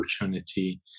opportunity